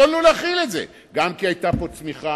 יכולנו להכיל את זה גם כי היתה פה צמיחה,